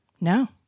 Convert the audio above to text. No